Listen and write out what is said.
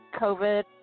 COVID